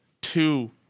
two